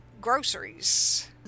groceries